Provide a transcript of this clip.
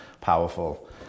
powerful